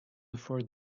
before